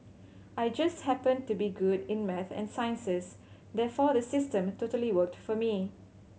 I just happened to be good in maths and sciences therefore the system totally worked for me